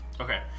Okay